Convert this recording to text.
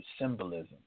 symbolism